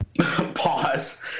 pause